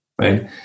right